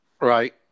Right